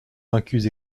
vaincus